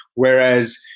whereas,